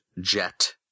jet